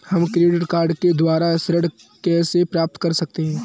हम credit card के द्वारा ऋण कैसे प्राप्त कर सकते हैं?